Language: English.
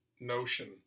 notion